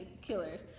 killers